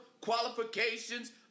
qualifications